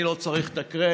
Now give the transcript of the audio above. אני לא צריך את הקרדיט.